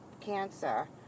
cancer